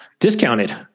discounted